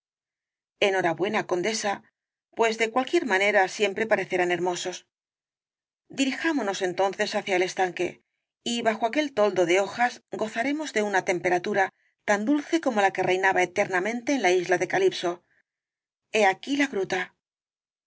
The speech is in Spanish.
enhorabuena condesa pues de cualquier manera siempre parecerán hermosos dirijámonos entonces hacia el estanque y bajo aquel toldo de hojas gozaremos de una temperatura tan dulce como la que reinaba eternamente en la isla de calipso h e aquí la gruta